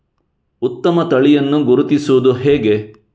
ಉತ್ತಮ ತಳಿಯನ್ನು ಗುರುತಿಸುವುದು ಹೇಗೆ?